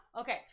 okay